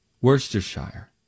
Worcestershire